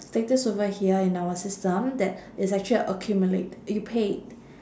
status over here in our system that it's actually accumulate you paid